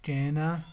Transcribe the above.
China